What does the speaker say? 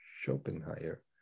Schopenhauer